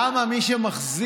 למה מי שמחזיר